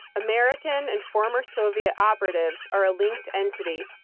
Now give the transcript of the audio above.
american and former soviet operatives are a linked entity,